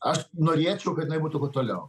aš norėčiau kad jinai būtų kuo toliau